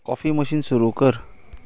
coffee machine सुरू कर